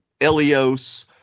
Elios